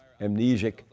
amnesic